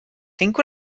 tinc